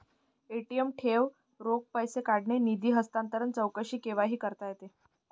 ATM ठेव, रोख पैसे काढणे, निधी हस्तांतरण, चौकशी केव्हाही करता येते